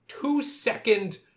Two-second